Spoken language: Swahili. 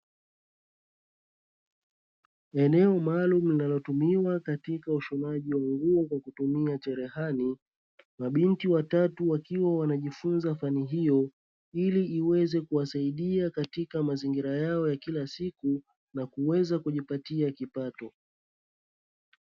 Eneo maalumu linalotumiwa katika ushonaji wa nguo kwa kutumia cherehani. Mabinti watatu wakiwa wanajifunza fani hiyo ili iweze kuwasaidia katika mazingira yao ya kila siku na kuweza kujipatia kipato.